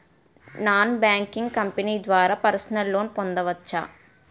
Non banking company ద్వారా personal loan పొందవచ్చా?